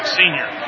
senior